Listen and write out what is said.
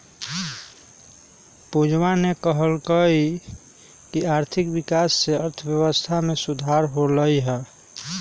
पूजावा ने कहल कई की आर्थिक विकास से अर्थव्यवस्था में सुधार होलय है